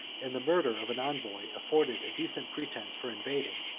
and the murder of an envoy afforded a decent pretence for invading,